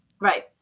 Right